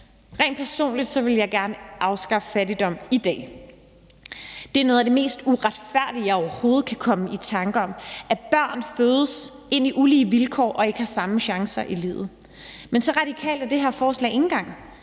Rent personligt ville jeg gerne afskaffe fattigdom i dag. Det er noget af det mest uretfærdige, jeg overhovedet kan komme i tanker om, at børn fødes ind i ulige vilkår og ikke har samme chancer i livet. Men så radikalt er det her forslag ikke engang.